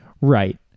Right